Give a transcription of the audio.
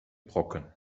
brocken